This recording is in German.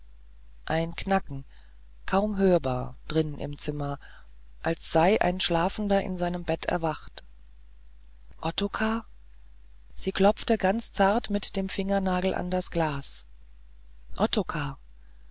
ein knacken kaum hörbar drin im zimmer als sei ein schlafender in seinem bett erwacht ottokar sie klopfte ganz zart mit dem fingernagel an das glas ottokar